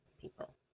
people